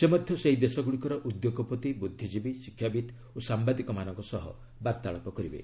ସେ ମଧ୍ୟ ସେହି ଦେଶଗୁଡ଼ିକର ଉଦ୍ୟୋଗପତି ବୁଦ୍ଧିଜୀବୀ ଶିକ୍ଷାବିତ୍ ଓ ସାମ୍ଭାଦିକମାନଙ୍କ ସହ ବାର୍ତ୍ତାଳାପ କରିବେ